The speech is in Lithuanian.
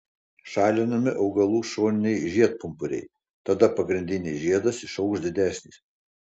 šalinami augalų šoniniai žiedpumpuriai tada pagrindinis žiedas išaugs didesnis